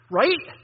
right